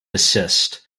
desist